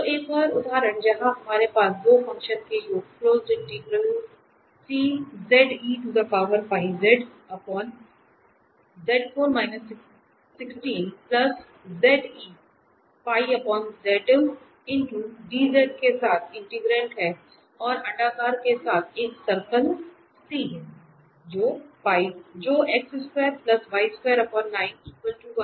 तो एक और उदाहरण जहां हमारे पास दो फंक्शन के योग के साथ इंटीग्रेट है और अंडाकार के साथ एक सर्कल C है जो मानक रूप में है